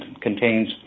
contains